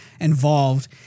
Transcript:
involved